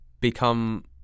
become